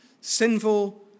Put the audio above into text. sinful